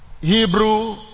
Hebrew